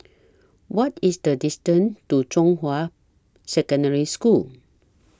What IS The distance to Zhonghua Secondary School